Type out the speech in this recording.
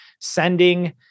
sending